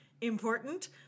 important